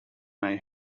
may